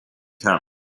camp